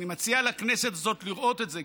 אני מציע לכנסת זאת לראות את זה,